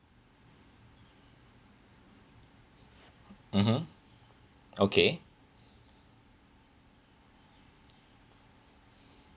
(uh huh) okay